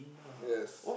yes